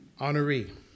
honoree